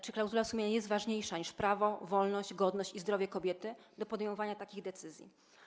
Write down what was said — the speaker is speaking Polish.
Czy klauzula sumienia jest ważniejsza niż prawo, wolność, godność i zdrowie kobiety, jeżeli chodzi o podejmowanie takich decyzji?